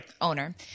owner